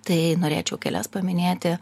tai norėčiau kelias paminėti